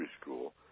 school